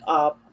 up